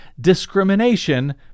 discrimination